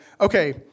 okay